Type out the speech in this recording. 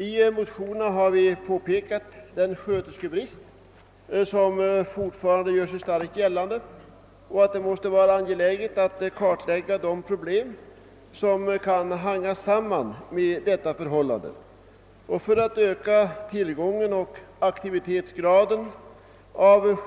I motionerna har vi pekat på den sköterskebrist, som fortfarande gör sig starkt gällande, och framhållit att det måste vara angeläget att kartlägga de problem som kan hänga samman med detta förhållande. För att öka tillgången på sjuksköterskor och aktivitetsgraden måste man enligt